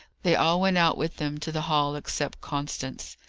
they all went out with them to the hall, except constance.